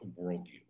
worldview